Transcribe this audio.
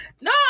No